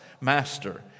master